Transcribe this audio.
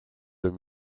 deux